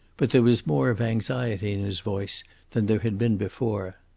but there was more of anxiety in his voice than there had been before.